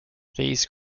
these